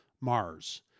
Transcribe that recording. Mars